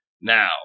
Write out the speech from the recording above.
Now